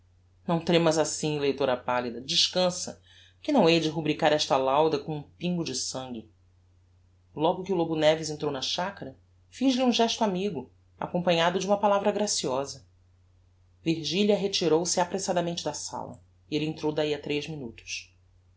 não tremas assim leitora pallida descança que não hei de rubricar esta lauda com um pingo de sangue logo que o lobo neves entrou na chacara fiz-lhe um gesto amigo acompanhado de uma palavra graciosa virgilia retirou-se apressadamente da sala e elle entrou dahi a tres minutos